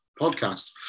podcast